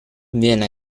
viene